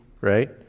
right